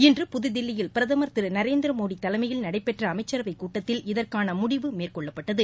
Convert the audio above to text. இன்று புது தில்லியில் பிரதமர் திரு நரேந்திர மோடி தலைமயில் நடைபெற்ற அளமச்சரவை கூட்டத்தில் இதற்கான முடிவு மேற்கொள்ளப்பட்டது